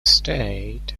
state